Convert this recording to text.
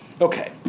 Okay